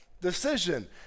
decision